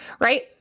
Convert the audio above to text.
right